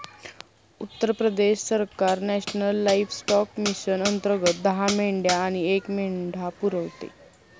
उत्तर प्रदेश सरकार national livestock mission अंतर्गत दहा मेंढ्या आणि एक मेंढा पुरवते